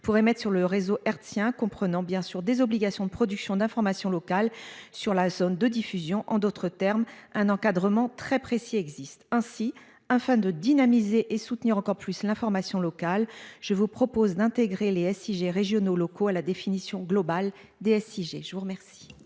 pour émettre sur le réseau hertzien, qui comprennent des obligations de production d'informations locales sur la zone de diffusion. En d'autres termes, un encadrement très précis existe. Afin de dynamiser et de soutenir encore plus l'information locale, il est donc proposé d'intégrer les SIG régionaux ou locaux à la définition globale des SIG. L'amendement